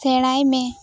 ᱥᱮᱬᱟᱭ ᱢᱮ